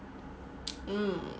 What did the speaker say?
mm